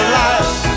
life